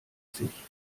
sich